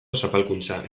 zapalkuntza